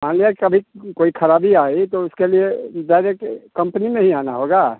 मान लिया कि कभी कोई खराबी आई तो उसके लिए डारेक्ट कंपनी में ही आना होगा